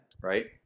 right